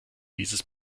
dieses